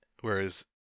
whereas